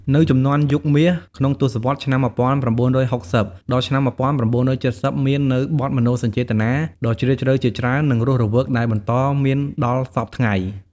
នៅជំនាន់យុគមាស ក្នុងទសវត្សរ៍ ឆ្នាំ១៩៦០ ដល់ឆ្នាំ ១៩៧០ មាននៅបទមនោសញ្ចេតនាដ៏ជ្រាលជ្រៅជាច្រើន និងរសរវើកដែលបន្តមានដល់សព្វថ្ងៃ។